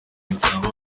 gasabo